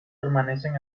permanecen